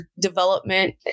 development